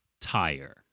tire